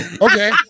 okay